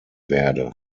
werde